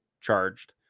charged